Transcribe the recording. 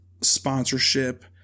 sponsorship